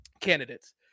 candidates